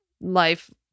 life